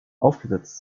aufgesetzt